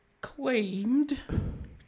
claimed